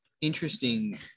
Interesting